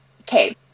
okay